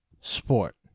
sport